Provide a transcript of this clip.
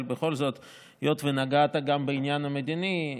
אבל בכל זאת היות שנגעת גם בעניין המדיני,